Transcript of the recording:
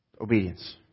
Obedience